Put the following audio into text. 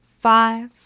Five